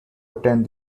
attend